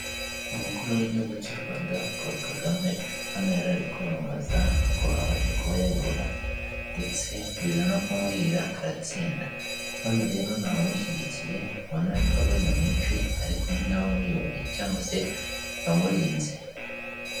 Umukuru w'igihugu cy'u Rwanda Paul Kagame, hano yari ari kwiyamamaza ngo abashe kuba yayobora ndetse biza no kumuhira aratsinda. Bano rero ni abamushyigikiye ubona imbaga nyamwinshi, ari kumwe n'abamuyoboye cyangwa se bamurinze.